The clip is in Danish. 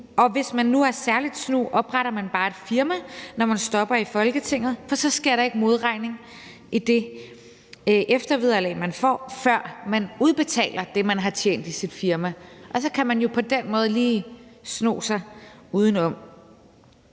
og hvis man nu er særlig snu, opretter man bare et firma, når man stopper i Folketinget, for så sker der ikke modregning i det eftervederlag, man får, før man udbetaler det, man har tjent i sit firma, og så kan man jo på den måde lige sno sig udenom.